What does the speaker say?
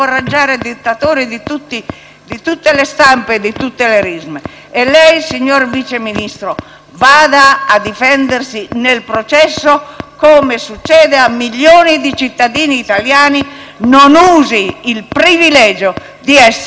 vada a difendersi nel processo come succede a milioni di cittadini italiani; non usi il privilegio di esserne esentato, perché questo è solo davvero un privilegio e parla qualcuno